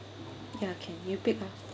mm ya okay you pick loh